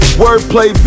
wordplay